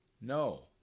No